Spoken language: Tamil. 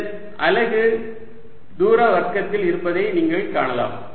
இதன் அலகு தூர வர்க்கத்தில் இருப்பதை நீங்கள் காணலாம்